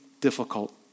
difficult